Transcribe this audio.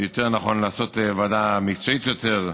או יותר נכון, לעשות ועדה מקצועית יותר.